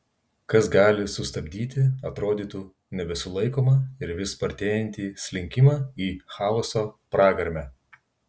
kas gali sustabdyti atrodytų nebesulaikomą ir vis spartėjantį slinkimą į chaoso pragarmę